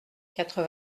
quatre